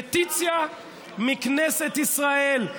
פטיציה מכנסת ישראל.